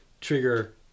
trigger